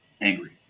angry